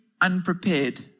unprepared